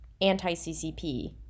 anti-CCP